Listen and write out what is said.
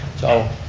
so